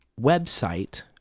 website